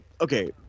okay